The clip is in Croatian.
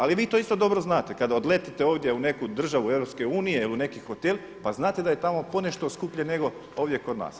Ali vi to isto dobro znate kada odletite ovdje u neku državu Europske unije ili u neki hotel, pa znate da je tamo ponešto skuplje nego ovdje kod nas.